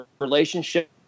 relationship